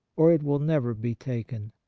or it will never be taken.